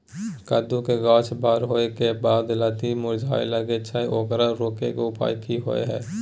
कद्दू के गाछ बर होय के बाद लत्ती मुरझाय लागे छै ओकरा रोके के उपाय कि होय है?